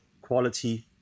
quality